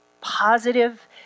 positive